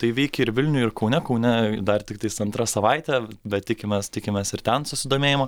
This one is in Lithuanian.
tai veikė ir vilniuje ir kaune kaune dar tiktais antra savaitę bet tikimės tikimės ir ten susidomėjimo